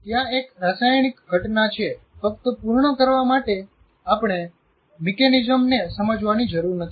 ત્યાં એક રાસાયણિક ઘટના છે ફક્ત પૂર્ણ કરવા માટે આપણે મિકેનિઝમને સમજવાની જરૂર નથી